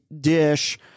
dish